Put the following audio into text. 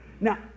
Now